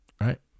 right